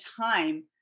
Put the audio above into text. time